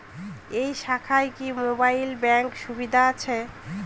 এই শাখায় কি মোবাইল ব্যাঙ্কের সুবিধা আছে?